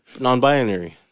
Non-binary